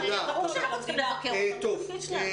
תודה, אורלי.